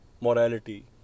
morality